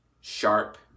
sharp